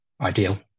ideal